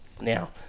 Now